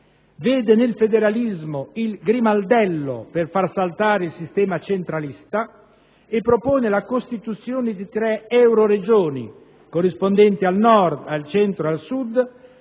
vede nel federalismo «il grimaldello per far saltare il sistema centralista» e propone la costituzione di tre euroregioni, corrispondenti al Nord, al Centro e al Sud,